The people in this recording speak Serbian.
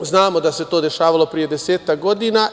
Znamo da se to dešavalo pre desetak godina.